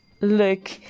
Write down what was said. look